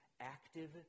active